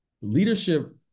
Leadership